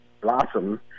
Blossom